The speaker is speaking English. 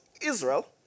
Israel